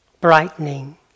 brightening